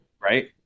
Right